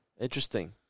Interesting